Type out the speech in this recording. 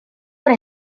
ora